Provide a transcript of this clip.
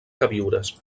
queviures